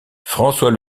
françois